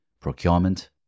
procurement